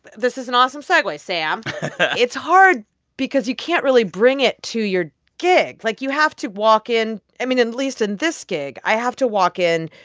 this is an awesome segue, sam it's hard because you can't really bring it to your gig. like, you have to walk in. i mean, at least in this gig, i have to walk in.